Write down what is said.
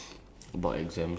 okay let's talk uh